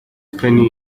penn